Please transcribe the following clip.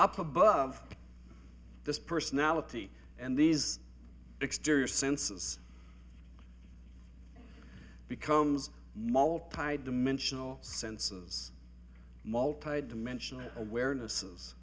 up above this personality and these exterior senses becomes multiplied dimensional census multi dimensional awareness